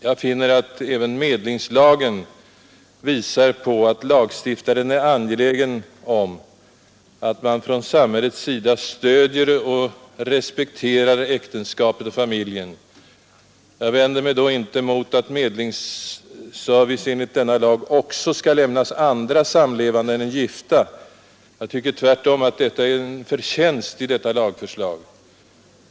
Jag finner att även medlingslagen visar att lagstiftaren är angelägen om att samhället stöder och respekterar äktenskapet och familjen. Jag vänder mig därmed inte mot att medlingsservice enligt denna lag också skall lämnas andra sammanlevande än gifta; jag tycker tvärtom att det är en förtjänst med denna vidgning i lagförslaget.